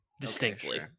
Distinctly